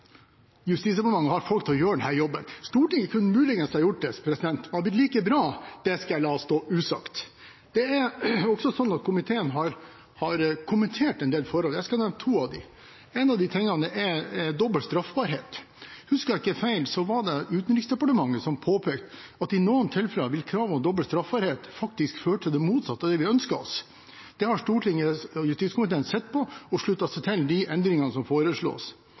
Justisdepartementet har folk til å gjøre denne jobben. Stortinget kunne muligens ha gjort det. Om det hadde blitt like bra, det skal jeg la stå usagt. Det er også sånn at komiteen har kommentert en del forhold. Jeg skal nevne to av dem. En av de tingene er dobbel straffbarhet. Husker jeg ikke feil, så var det Utenriksdepartementet som påpekte at i noen tilfeller vil krav om dobbel straffbarhet faktisk føre til det motsatte av det vi ønsker oss. Det har Stortinget og justiskomiteen sett på og sluttet seg til de endringene som foreslås.